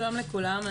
שלום לכולם.